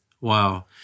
wow